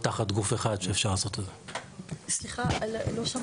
מר דבאח, הגעת מהצפון הרחוק, לא תגיד כלום?